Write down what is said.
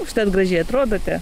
užtat gražiai atrodote